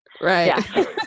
right